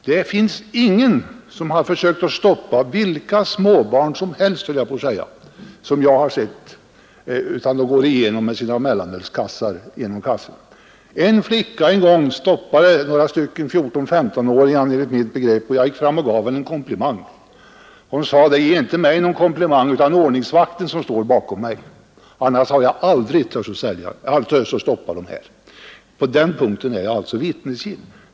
Det finns ingen, såvitt jag har sett, som har försökt stoppa vilka småbarn som helst — höll jag på att säga — utan de går med sina mellanölskassar genom kassan. En flicka stoppade en gång några 14—1S5-åringar, och jag gick fram och gav henne en komplimang. Hon sade: ”Ge inte mig någon komplimang utan ordningsvakten som står bakom mig. Hade han inte stått där, hade jag aldrig vågat stoppa dem.” På den punkten är jag alltså vittnesgill.